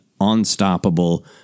unstoppable